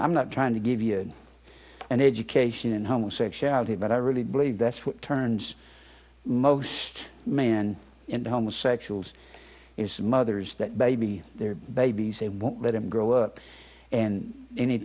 i'm not trying to give you an education in homosexuality but i really believe that's what turns most men into homosexuals is mothers that baby their babies they won't let him grow up and any